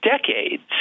decades